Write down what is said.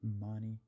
Money